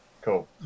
Cool